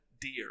deer